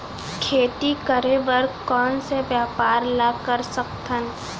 खेती करे बर कोन से व्यापार ला कर सकथन?